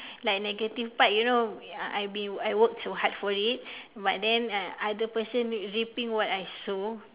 like negative part you know uh I be I work so hard for it but uh then other person reaping what I sow